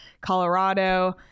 Colorado